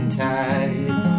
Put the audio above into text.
tide